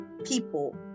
people